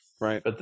Right